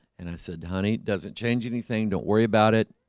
and i said honey doesn't change anything. don't worry about it